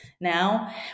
now